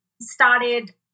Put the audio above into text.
started